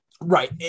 Right